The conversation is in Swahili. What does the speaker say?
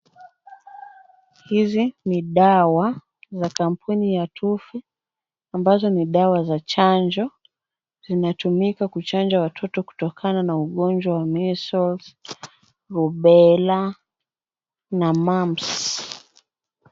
Hizi ni dawa za kampuni ya Tufe ambazo ni dawa za chanjo. Zinatumika kuchanja watoto kutokana na ugonjwa wa measles, rubella na mumps .